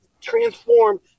transform